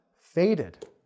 faded